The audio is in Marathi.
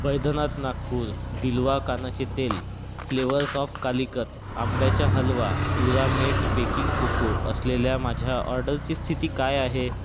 बैधनाथ नागपूर बिल्वा कानाचे तेल फ्लेवर्स ऑफ कालिकत आंब्याचा हलवा प्युरामेट बेकिंग कोको असलेल्या माझ्या ऑर्डरची स्थिती काय आहे